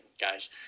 guys